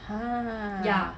!huh!